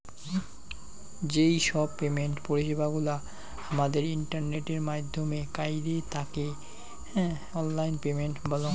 যেই সব পেমেন্ট পরিষেবা গুলা হামাদের ইন্টারনেটের মাইধ্যমে কইরে তাকে অনলাইন পেমেন্ট বলঙ